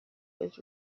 was